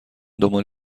دنبال